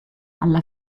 alla